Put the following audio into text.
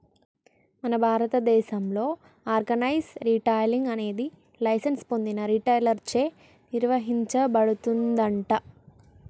మన భారతదేసంలో organise retailing అనేది లైసెన్స్ పొందిన రిటైలర్ చే నిర్వచించబడుతుందంట